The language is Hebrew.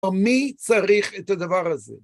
מי צריך את הדבר הזה?